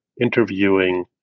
interviewing